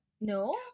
No